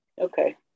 Okay